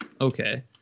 Okay